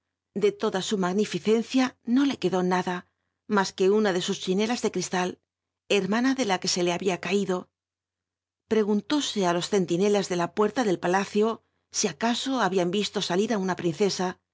de toda su magnificencia no le quedó nada mas que una de sus chinelas da cri lal hermana de la u e se le habia caido preguntóse á los ccnlinelas de la pu rla del palacio si acaso habían vis lo al ir ú una princesa